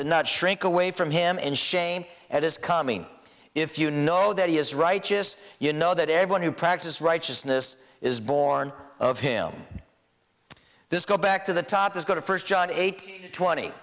and not shrink away from him in shame at his coming if you know that he is righteous you know that every one who practice righteousness is born of him this go back to the top does go to first john eight twenty